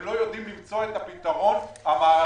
הם לא יודעים למצוא את הפתרון המערכתי